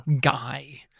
Guy